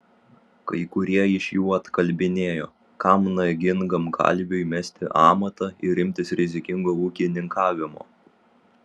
kai kurie iš jų atkalbinėjo kam nagingam kalviui mesti amatą ir imtis rizikingo ūkininkavimo